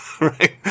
Right